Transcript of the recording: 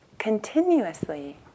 continuously